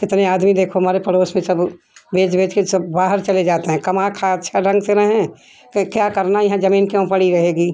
कितने आदमी देखो हमरें पड़ोस में सब बेच बेच कर सब बाहर चले जाते हैं कमा खाँ अच्छा ढंग से रहें क्या करना ही हैं जमीन क्यों पड़ी रहेंगी